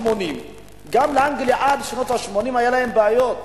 גם באנגליה עד שנות ה-80 היו בעיות.